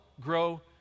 grow